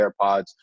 AirPods